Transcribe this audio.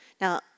Now